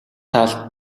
талд